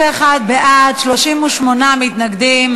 21 בעד, 38 מתנגדים.